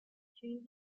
changes